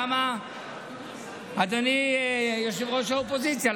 אדוני ראש האופוזיציה,